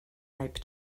ripe